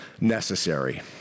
necessary